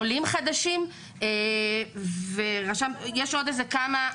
עולים חדשים ויש עוד כמה ענפים.